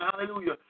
hallelujah